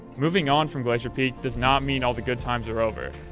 moving on from glacier peak does not mean all the good times are over,